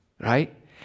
right